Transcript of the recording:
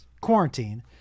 quarantine